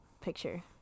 picture